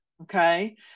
Okay